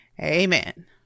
Amen